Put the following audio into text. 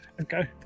Okay